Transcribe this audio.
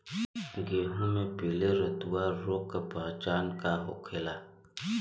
गेहूँ में पिले रतुआ रोग के पहचान का होखेला?